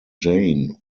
jane